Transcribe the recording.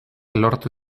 lortu